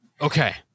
okay